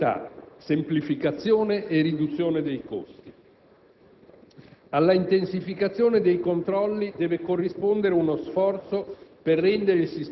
Fiscalità, semplificazione e riduzione dei costi: